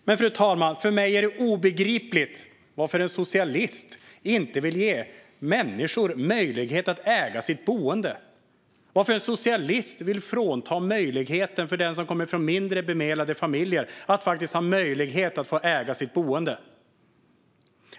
Men, fru talman, för mig är det obegripligt varför en socialist inte vill ge människor möjlighet att äga sitt boende utan vill frånta dem som kommer från mindre bemedlade familjer möjligheten att faktiskt äga sitt boende.